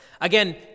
again